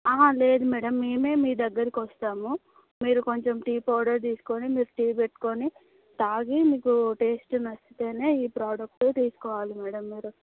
లేదు మేడం మేమే మీ దగ్గరకి వస్తాము మీరు కొంచెం టీ పౌడర్ తీసుకుని మీరు టీ పెట్టుకుని తాగి మీకు టేస్ట్ నచ్చితేనే ఈ ప్రోడక్ట్ తీసుకోవాలి మేడం మీరు